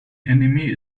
enemy